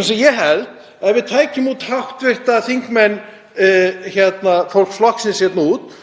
Ég held að ef við tækjum nöfn hv. þingmanna Flokks fólksins út